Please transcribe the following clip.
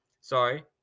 Sorry